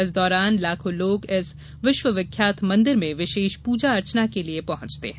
इस दौरान लाखों लोग इस विश्वविख्यात मंदिर में विशेष पूजा अर्चना के लिए पहुंचते हैं